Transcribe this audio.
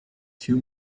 two